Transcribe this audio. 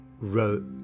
wrote